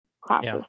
classes